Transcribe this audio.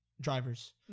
drivers